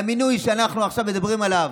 והמינוי שאנחנו עכשיו מדברים עליו,